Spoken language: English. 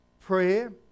prayer